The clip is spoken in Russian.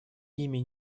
ими